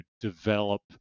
develop